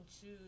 choose